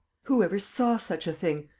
who ever saw such a thing?